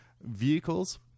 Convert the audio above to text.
vehicles